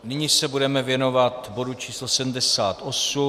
Nyní se budeme věnovat bodu číslo 78 .